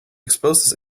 expose